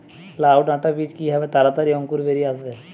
লাউ ডাটা বীজ কিভাবে তাড়াতাড়ি অঙ্কুর বেরিয়ে আসবে?